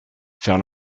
faire